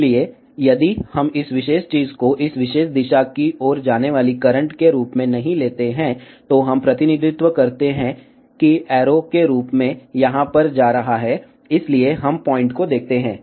इसलिए यदि हम इस विशेष चीज़ को इस विशेष दिशा की ओर जाने वाली करंट के रूप में नहीं लेते हैं तो हम प्रतिनिधित्व करते हैं कि एरो के रूप में यहाँ पर जा रहा है इसलिए हम पॉइंट को देखते हैं